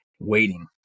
waiting